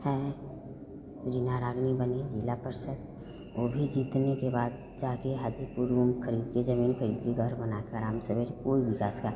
हैं उजी नारायण आदमी बने ज़िला परिषद वो भी जीतने के बाद जाकर हाजीपुर में ख़रीदकर ज़मीन ख़रीदी घर बनाकर आराम से कोई विकास का